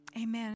amen